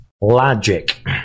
logic